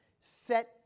set